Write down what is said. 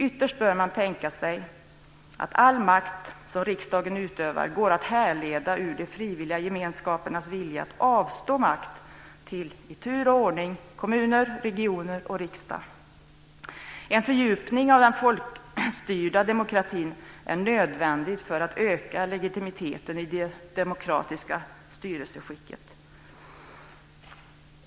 Ytterst bör man tänka sig att all makt som riksdagen utövar går att härleda ur de frivilliga gemenskapernas vilja att avstå makt till, i tur och ordning, kommuner, regioner och riksdag. En fördjupning av den folkstyrda demokratin är nödvändig för att öka legitimiteten i det demokratiska styrelseskicket.